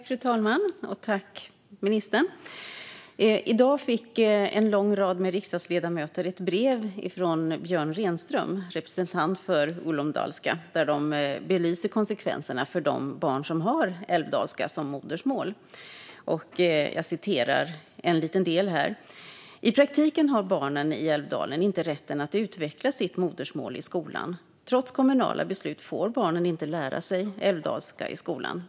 Fru talman! I dag fick en lång rad riksdagsledamöter ett brev från Björn Rehnström, representant för Ulum Dalska, som belyser konsekvenserna för de barn som har älvdalska som modersmål. Jag ska återge en liten del här: I praktiken har barnen i Älvdalen inte rätten att utveckla sitt modersmål i skolan. Trots kommunala beslut får barnen inte lära sig älvdalska i skolan.